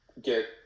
get